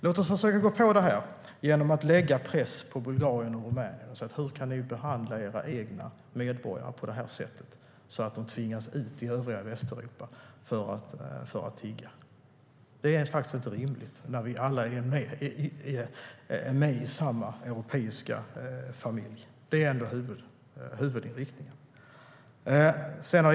Låt oss försöka gå på detta genom att sätta press på Bulgarien och Rumänien och säga: Hur kan ni behandla era egna medborgare på det här sättet, så att de tvingas ut i övriga Västeuropa för att tigga? Det är faktiskt inte rimligt när vi alla är med i samma europeiska familj. Det är huvudinriktningen.